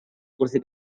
kursi